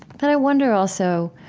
but i wonder also,